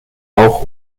auch